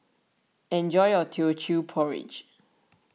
enjoy your Teochew Porridge